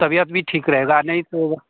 तबियत भी ठीक रहेगा नहीं तो